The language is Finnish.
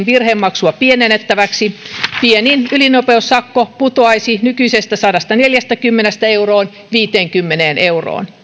virhemaksua pienennettäväksi pienin ylinopeussakko putoaisi nykyisestä sadastaneljästäkymmenestä eurosta viiteenkymmeneen euroon